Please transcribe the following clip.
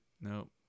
Nope